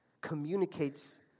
communicates